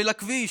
של הכביש.